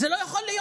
זה לא יכול להיות.